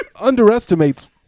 underestimates